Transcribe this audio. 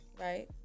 Right